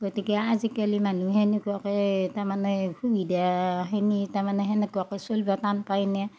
গতিকে আজিকালি মানহুই সেনেকুৱাকে তাৰমানে সুবিধাখিনি তাৰমানে সেনেকুৱাকে চলবা টান পাইনে